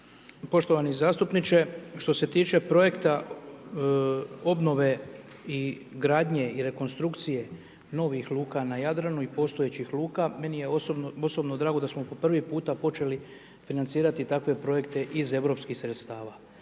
Poštovani zastupniče, što se tiče projekta obnove i gradnje i rekonstrukcije novih luka na Jadranu i postojećih luka, meni je osobno drago da smo po prvi puta počeli financirati takve projekte iz europskih sredstava.